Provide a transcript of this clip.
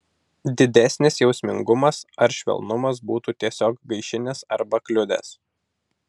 didesnis jausmingumas ar švelnumas būtų tiesiog gaišinęs arba kliudęs